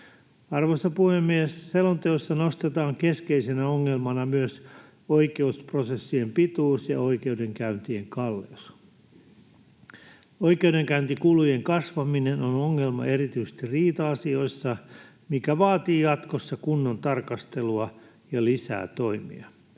Arvoisa puhemies! Selonteossa nostetaan keskeisenä ongelmana myös oikeusprosessien pituus ja oikeudenkäyntien kalleus. Oikeudenkäyntikulujen kasvaminen on ongelma erityisesti riita-asioissa, mikä vaatii jatkossa kunnon tarkastelua ja lisää toimia.